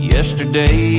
Yesterday